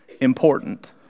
important